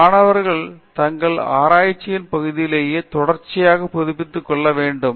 மாணவர்கள் தங்கள் ஆராய்ச்சியை பகுதியிலேயே தொடர்ச்சியாக புதுப்பித்துக்கொள்ள வேண்டும்